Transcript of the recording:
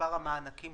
מספר המענקים